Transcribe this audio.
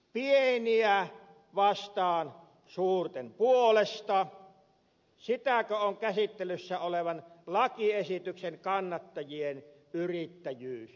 pieniä vastaan suurten puolesta sitäkö on käsittelyssä olevan lakiesityksen kannattajien yrittäjyyslinja